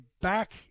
back